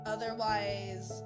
Otherwise